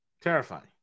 Terrifying